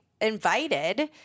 invited